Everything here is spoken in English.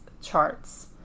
charts